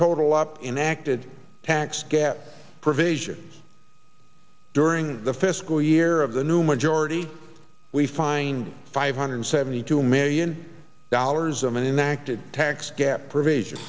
total up in acted tax gap provisions during the fiscal year of the new majority we find five hundred seventy two million dollars of enacted tax gap provision